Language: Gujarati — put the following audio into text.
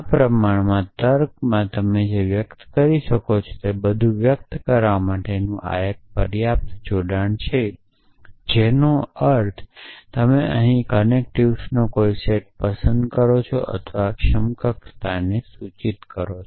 આ પ્રમાણમાં તર્ક માં જે તમે વ્યક્ત કરી શકો છો તે બધું વ્યક્ત કરવા માટેનું આ એક જ પર્યાપ્ત જોડાણ છે જેનો અર્થ છે કે તમે અહીં કનેક્ટિવ્સનો કોઈ સેટ પસંદ કરો છો અથવા સમકક્ષતાને સૂચિત કરો